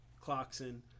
Clarkson